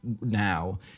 now